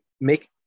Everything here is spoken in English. make